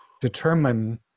determine